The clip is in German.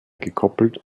gekoppelt